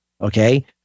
Okay